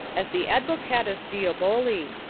as the advocatiis diaboli,